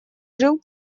жил